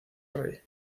rey